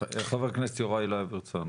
חבר הכנסת יוראי להב הרצנו.